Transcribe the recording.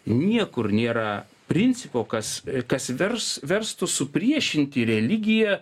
niekur nėra principo kas kas vers verstų supriešinti religiją